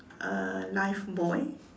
a lifebuoy